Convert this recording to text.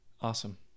Awesome